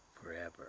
forever